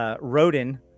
Rodin